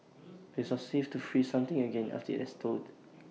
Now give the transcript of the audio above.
IT is not safe to freeze something again after IT has thawed